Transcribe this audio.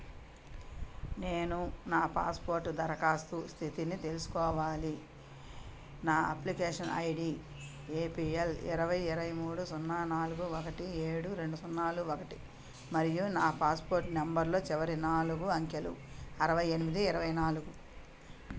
నేను నా పాస్పోర్ట్ దరఖాస్తు స్థితిని తెలుసుకోవాలి నా application I D A P L ఇరవై ఇరవై మూడు సున్నా నాలుగు ఒకటి ఏడు రెండు సున్నాలు ఒకటి మరియు నా పాస్పోర్ట్ నెంబర్లో చివరి నాలుగు అంకెలు అరవై ఎనిమిది ఇరవై నాలుగు